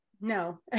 No